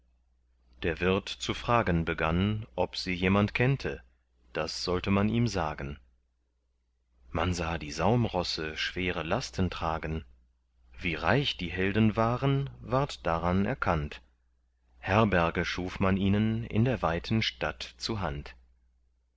der wirt zu fragen begann ob sie jemand kennte das sollte man ihm sagen man sah die saumrosse schwere lasten tragen wie reich die helden waren ward daran erkannt herberge schuf man ihnen in der weiten stadt zuhand